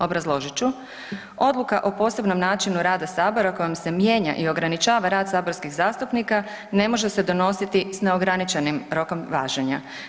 Obrazložit ću: Odluka o posebnom načinu rada sabora kojom se mijenja i ograničava rad saborskih zastupnika ne može se donositi s neograničenim rokom važenja.